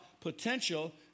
potential